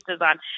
on